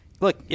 look